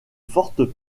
fortes